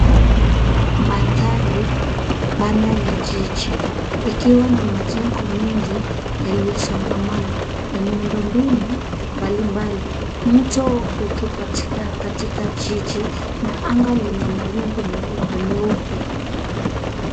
Mandhari pana ya jiji yakiwa na majengo mengi yaliyo songamana na miundo mbinu mbali mbali. Mto uko katika jiji na anga liina mawingu meupe meupe.